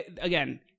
again